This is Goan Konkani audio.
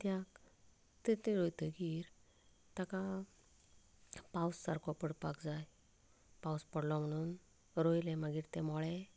कित्याक तर तें रोयतगीर ताका पावस सारको पडपाक जाय पावस पडलो म्हणून रोयलें मागीर तें मळें